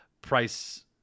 price